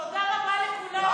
תודה רבה לכולם.